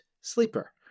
Sleeper